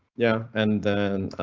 yeah, and then.